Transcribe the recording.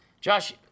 josh